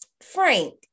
Frank